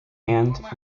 hand